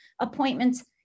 appointments